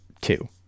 two